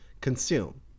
consume